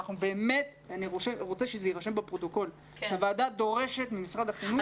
אני רוצה שיירשם בפרוטוקול שהוועדה דורשת ממשרד החינוך,